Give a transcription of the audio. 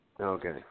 Okay